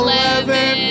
Eleven